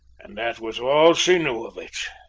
and that was all she knew of it,